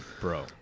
Bro